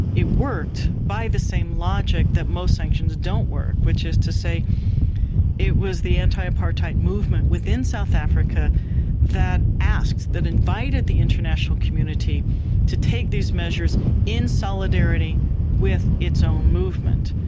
it worked by the same logic that most sanctions don't work, which is to say it was the anti-apartheid movement within south africa that asked, that invited the international community to take these measures in solidarity with its own movement.